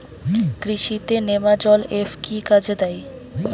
কৃষি তে নেমাজল এফ কি কাজে দেয়?